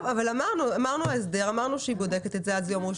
שמענו כאן את טענות הצדדים.